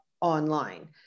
online